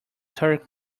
third